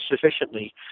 sufficiently